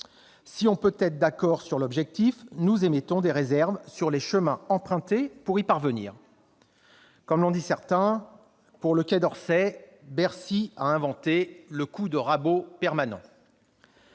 si nous pouvons être d'accord sur l'objectif, nous émettons des réserves sur les chemins empruntés pour y parvenir. Comme certains l'ont dit, pour le Quai d'Orsay, Bercy a inventé le coup de rabot permanent.